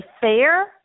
Fair